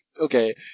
okay